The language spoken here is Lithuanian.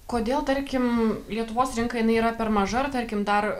kodėl tarkim lietuvos rinka jinai yra per maža ar tarkim dar